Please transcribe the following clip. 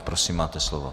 Prosím, máte slovo.